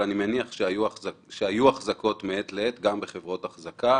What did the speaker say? אבל אני מניח שהיו החזקות מעת לעת גם בחברות אחזקה.